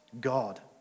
God